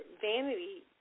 Vanity